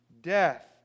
Death